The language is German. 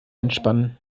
entspannen